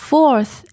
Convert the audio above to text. Fourth